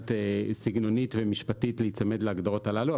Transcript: סגנונית ומשפטית להיצמד להגדרות הללו.